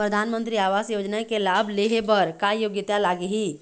परधानमंतरी आवास योजना के लाभ ले हे बर का योग्यता लाग ही?